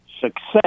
success